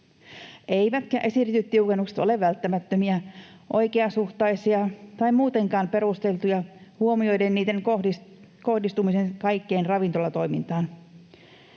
eivätkä esitetyt tiukennukset ole välttämättömiä, oikeasuhtaisia tai muutenkaan perusteltuja, kun huomioidaan niiden kohdistuminen kaikkeen ravintolatoimintaan.